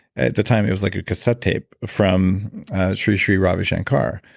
at the time it was like a cassette tape from sri sri ravi shankar,